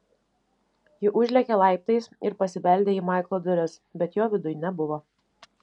ji užlėkė laiptais ir pasibeldė į maiklo duris bet jo viduj nebuvo